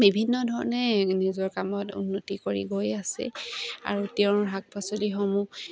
বিভিন্ন ধৰণে নিজৰ কামত উন্নতি কৰি গৈ আছে আৰু তেওঁৰ শাক পাচলিসমূহ